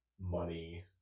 money